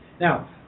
Now